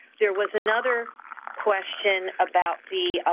there was another question about the ah,